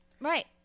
Right